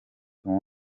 you